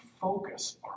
focus